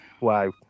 Wow